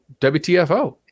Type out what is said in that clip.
WTFO